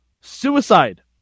suicide